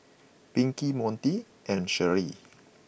Pinkie Montie and Sherrie